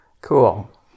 Cool